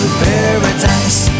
paradise